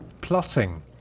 plotting